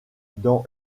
dans